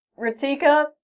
Ratika